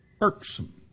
Irksome